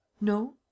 No